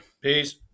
Peace